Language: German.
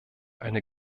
eine